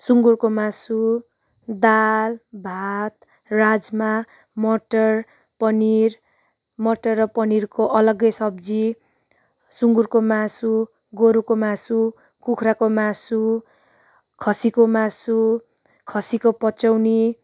सुँगुरको मासु दाल भात राजमा मटर पनिर मटर र पनिरको अलग्गै सब्जी सुँगुको मासु गोरुको मासु कुखुराको मासु खसीको मासु खसीको पचौनी